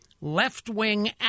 left-wing